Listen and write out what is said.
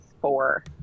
four